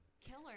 killer